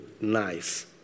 nice